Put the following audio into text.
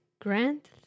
Grant